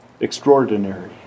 Extraordinary